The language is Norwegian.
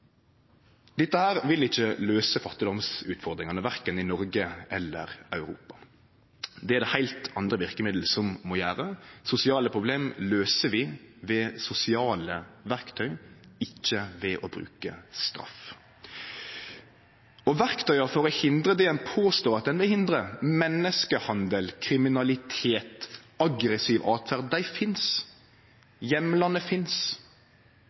Dette her vil ikkje løyse fattigdomsutfordringane, verken i Noreg eller i Europa. Det er det heilt andre verkemiddel som må gjere. Sosiale problem løyser vi med sosiale verktøy, ikkje ved å bruke straff. Verktøya for å hindre det ein påstår at ein vil hindre, menneskehandel, kriminalitet, aggressiv åtferd, finst. Heimlane finst. Politiet kan bruke dei